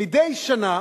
מדי שנה